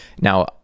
Now